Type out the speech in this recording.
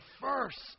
first